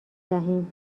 دهیم